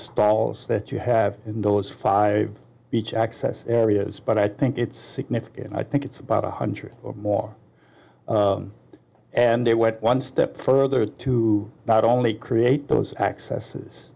styles that you have in those five beach access areas but i think it's significant and i think it's about a hundred or more and they went one step further to not only create those accesses